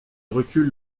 recule